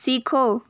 सीखो